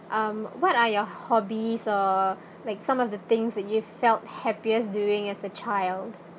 um what are your hobbies or like some of the things that you've felt happiest doing as a child